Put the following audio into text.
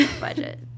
budget